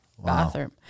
bathroom